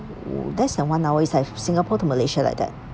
oo that's the one I always have singapore to malaysia like that